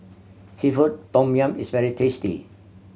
seafood tom yum is very tasty